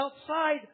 outside